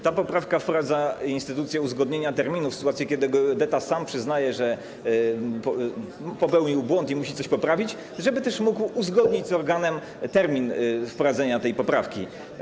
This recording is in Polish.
Ta poprawka wprowadza instytucję uzgodnienia terminów, w sytuacji kiedy geodeta sam przyznaje, że popełnił błąd i musi coś poprawić, żeby mógł uzgodnić z organem termin wprowadzenia tej poprawki.